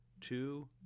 two